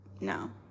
No